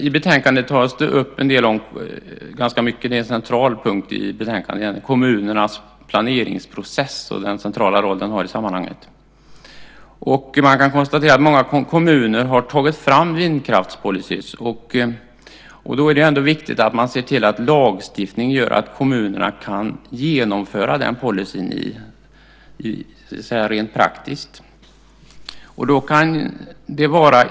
I betänkandet tas upp kommunernas planeringsprocess och den centrala roll som den har i sammanhanget. Många kommuner har tagit fram en vindkraftspolicy. Då är det viktigt att man ser till att lagstiftningen gör att kommunerna kan genomföra policyn rent praktiskt.